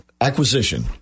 Acquisition